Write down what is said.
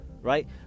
right